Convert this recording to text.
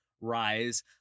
rise